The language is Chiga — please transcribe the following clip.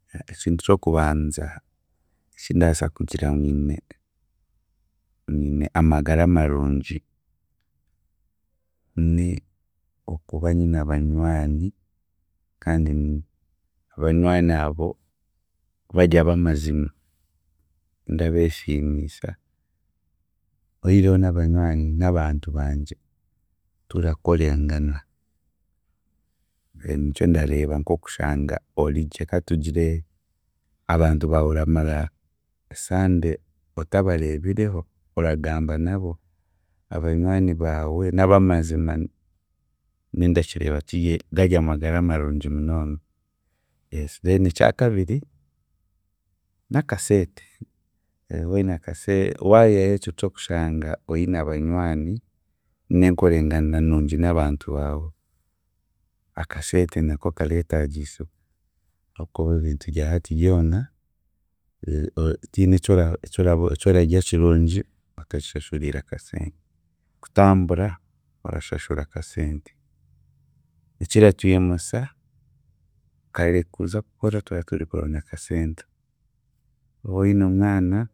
Ekintu ky'okubanza ekindaasa kugira ngu nyine, nyine amagara marungi, ni okuba nyine abanywani kandi abanywani abo bari ab'amazima ndabeesiimisa. Oihireho n'abanywani n'abantu bangye turakorengana nikyo ndareeba nk'okushanga origye katugire abantu baawe oramara esande otabareebireho, oragamba nabo, na banywani baawe n'ab'amazima nyowe ndakireeba kirye, gari amagara marungi munonga. Then ekya kabiri, n'akaseete, woine akase waihaho ekyo ky'okushanga oine abanywani n'enkorengana nungi n'abantu baawe, akaseete nako kareetaagiisibwa okuba ebintu bya hati byona o- tihiine ekyora ekyorabo ekyorarya kirungi otakishashuriire akasente, kutambura, orashashura akasente, ekiratwimusa kare kuza kukora, tura turikuronda akasente, woine omwana